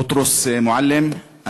בוטרוס מועלם.